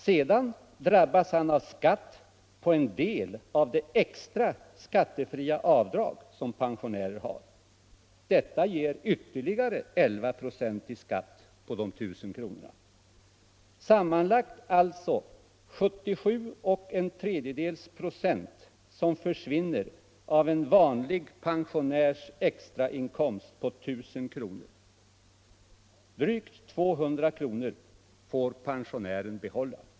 Sedan drabbas han av skatt på en del av det extra skattefria avdrag som pensionärer har. Detta ger ytterligare 11 96 i skatt på de 1000 kronorna. Det är alltså 77 1/3 926 som försvinner av en vanlig pensionärs extrainkomst på 1000 kr. Drygt 200 kr. får pensionären behålla.